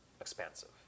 expansive